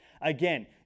Again